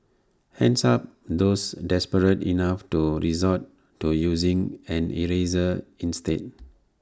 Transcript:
hands up those desperate enough to resort to using an eraser instead